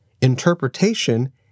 interpretation